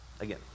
again